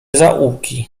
zaułki